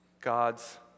God's